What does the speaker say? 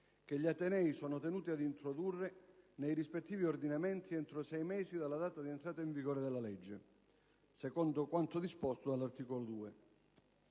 che gli atenei sono tenuti ad introdurre nei rispettivi ordinamenti entro sei mesi dalla data di entrata in vigore della legge, secondo quanto disposto dall'articolo 2.